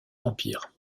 empire